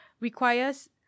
requires